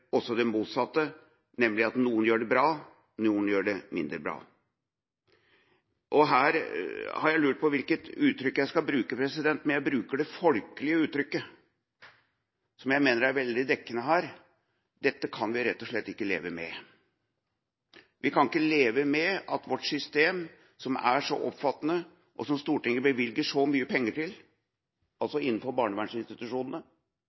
også det motsatte, nemlig at noen gjør det bra, og noen gjør det mindre bra. Her har jeg lurt på hvilket uttrykk jeg skal bruke, men jeg bruker det folkelige uttrykket som jeg mener er veldig dekkende her: Dette kan vi rett og slett ikke leve med. Vi kan ikke leve med at vårt system, som er så omfattende og som Stortinget bevilger så mye penger til